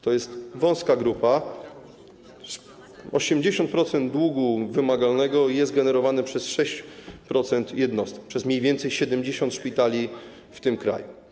To jest wąska grupa, 80%... 80%? ...długu wymagalnego jest generowane przez 6% jednostek, przez mniej więcej 70 szpitali w tym kraju.